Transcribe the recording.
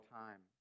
time